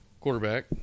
Quarterback